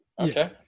Okay